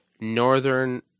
northern